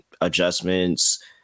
adjustments